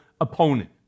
opponent